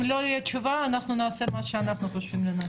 אם לא תהיה תשובה, נעשה מה שאנחנו חושבים לנכון.